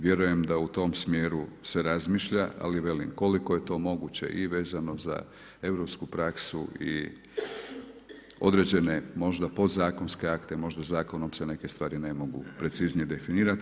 Vjerujem da u tom smjeru se razmišlja, ali velim, koliko je to moguće i vezano za europsku praksu i određene možda podzakonske akte, možda zakonom se neke stvari ne mogu preciznije definirati.